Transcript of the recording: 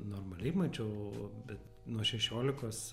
normaliai mačiau bet nuo šešiolikos